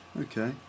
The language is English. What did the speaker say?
okay